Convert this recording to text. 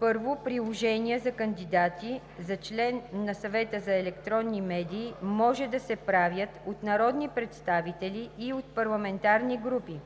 1. Предложения за кандидати за член на Съвета за електронни медии може да се правят от народни представители и от парламентарни групи.